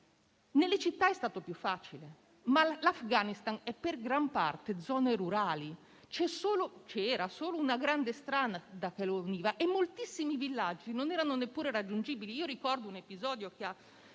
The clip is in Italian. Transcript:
Nelle città è stato più facile, ma l'Afghanistan è in gran parte composto da zone rurali. C'era solo una grande strada che lo univa e moltissimi villaggi non erano neppure raggiungibili. Quando Emma Bonino era